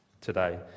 today